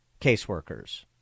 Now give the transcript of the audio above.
caseworkers